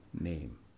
name